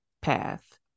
path